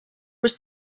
was